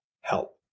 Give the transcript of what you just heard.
help